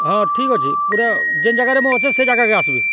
ହଁ ଠିକ୍ ଅଛି ପୁରା ଯେନ୍ ଜାଗାରେ ମୁଁ ଅଛେ ସେ ଜାଗାକେ ଆସିବେ